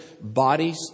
bodies